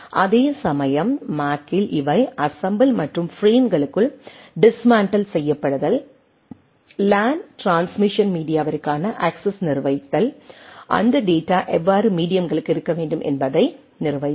அதேசமயம் மேக்கில் இவை அஸம்பில் மற்றும் பிரேம்களுக்குள் டிஸ்மேன்டில் செய்யப்படுதல் லேன் டிரான்ஸ்மிஷன் மீடியாவிற்கான அக்சஸ் நிர்வகித்தல் அந்த டேட்டா எவ்வாறு மீடியம்களுக்கு இருக்க வேண்டும் என்பதை நிர்வகிக்கிறது